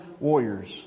warriors